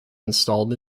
installed